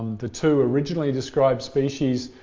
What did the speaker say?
the two originally described species,